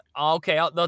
Okay